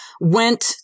went